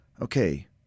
Okay